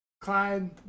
Clyde